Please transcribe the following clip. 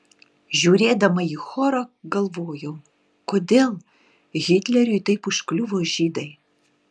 žiūrėdama į chorą galvojau kodėl hitleriui taip užkliuvo žydai